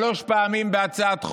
שלוש פעמים בהצעת חוק.